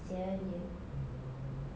kesian dia